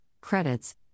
credits